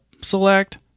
select